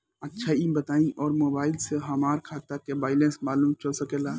अच्छा ई बताईं और मोबाइल से हमार खाता के बइलेंस मालूम चल सकेला?